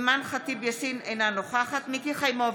אימאן ח'טיב יאסין, אינה נוכחת מיקי חיימוביץ'